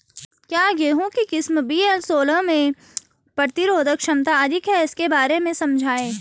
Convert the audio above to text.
क्या गेहूँ की किस्म वी.एल सोलह में प्रतिरोधक क्षमता अधिक है इसके बारे में समझाइये?